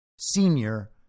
senior